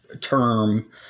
term